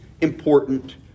important